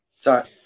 Sorry